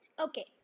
Okay